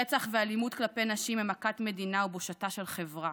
רצח ואלימות כלפי נשים הם מכת מדינה ובושתה של חברה.